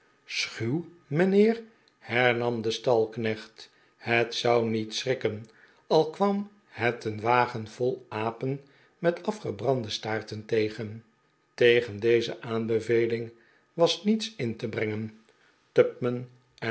mijnheer hernam de stalknecht het zou niet schrikken al kwam het een wagen vol apen met afgebrande staarten tegen tegen deze aanbeveling was niets in te brengen